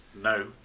No